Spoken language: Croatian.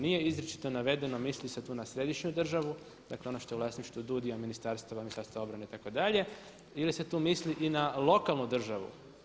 Nije izričito navedeno, misli li se tu na središnju državu, dakle ono što je u vlasništvu DUDI-a, ministarstava, Ministarstva obrane itd. ili se tu misli i na lokalnu državu.